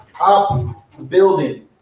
upbuilding